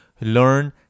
Learn